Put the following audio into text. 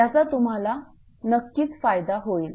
याचा तुम्हाला नक्कीच फायदा होईल